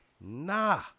Nah